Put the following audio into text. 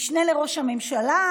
משנה לראש הממשלה.